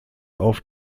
auf